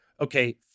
okay